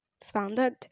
standard